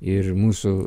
ir mūsų